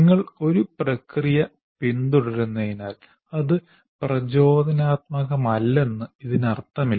നിങ്ങൾ ഒരു പ്രക്രിയ പിന്തുടരുന്നതിനാൽ അത് പ്രചോദനാത്മകമല്ലെന്ന് ഇതിനർത്ഥമില്ല